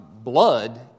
blood